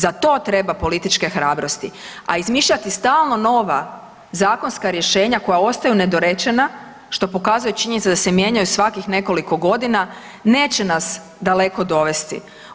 Za to treba političke hrabrosti, a izmišljati stalno nova zakonska rješenja koja ostaju nedorečena što pokazuje činjenica da se mijenjaju svakih nekoliko godina neće nas daleko dovesti.